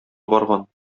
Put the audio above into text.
барган